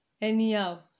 anyhow